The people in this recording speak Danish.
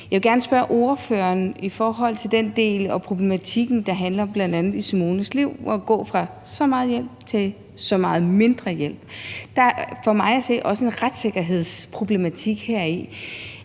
Jeg vil gerne spørge ordføreren om den del af problematikken, som bl.a. Simones liv handler om, altså at gå fra så meget hjælp til så meget mindre hjælp. Der er for mig at se også en retssikkerhedsproblematik heri.